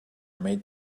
made